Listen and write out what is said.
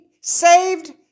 saved